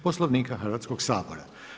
Poslovnika Hrvatskog sabora.